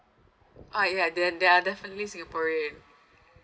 oh ya then they are definitely singaporean